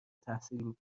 تحصیل